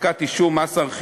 הנפקת מס אישור מס הרכישה,